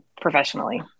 professionally